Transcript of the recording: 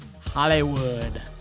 Hollywood